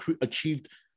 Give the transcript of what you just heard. achieved